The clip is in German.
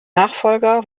nachfolger